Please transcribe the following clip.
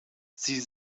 sie